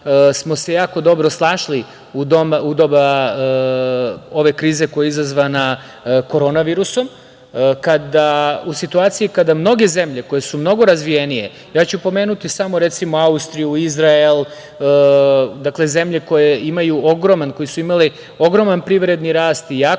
smo se jako dobro snašli u doba ove krize koja je izazvana korona virusom, u situaciji kada mnoge zemlje koje su mnogo razvijenije, ja ću pomenuti samo, recimo, Austriju, Izrael, zemlje koje su imale ogroman privredni rast i jaku